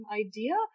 idea